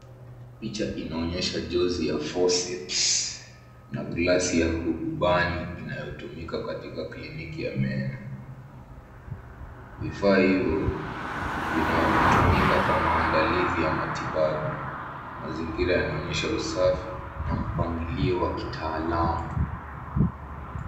Picha inaonyesha jozi ya forceps na glasi ya hudubani inayotumika katika kliniki ya meno. Vifaa hivyo vinatumika kwa maandalizi ya matibabu. Mazingira yanaonyesha usafi na mpangilio wa kitaalamu.